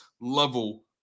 level